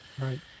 Right